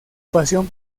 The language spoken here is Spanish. pasión